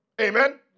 Amen